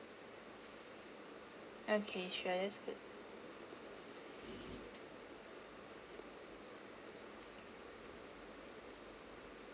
okay sure that's good